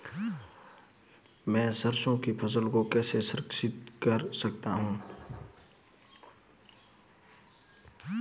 मैं सरसों की फसल को कैसे संरक्षित कर सकता हूँ?